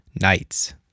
knights